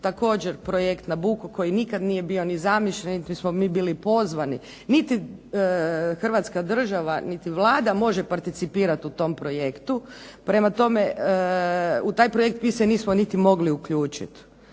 Također projekt Nabucco koji nikad nije bio ni zamišljen niti smo mi bili pozvani niti Hrvatska država niti Vlada može participirat u tom projektu. Prema tome, u taj projekt mi se nismo niti mogli uključit.